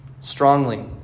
Strongly